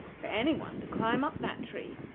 for any one to climb up that tree,